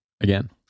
again